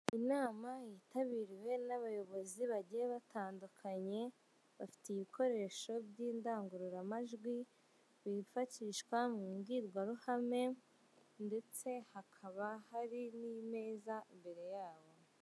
Inama yitabiriwe n'abayobozi bagiye batandukanye bafite ibikoresho by'indangururamajwi byifashishwa mu mbwirwaruhame, ndetse hakaba hari n'imeza mbere yabo.